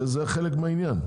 זה חלק מהעניין.